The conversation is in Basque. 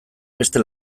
beste